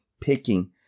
picking